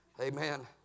Amen